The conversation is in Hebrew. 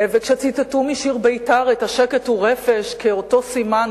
וכשציטטו משיר בית"ר את ה"שקט הוא רפש" כאותו סימן,